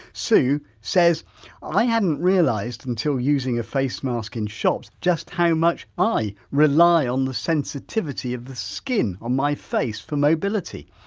sue says i hadn't realised until using a face mask in shops just how much i rely on the sensitivity of the skin on my face for mobility.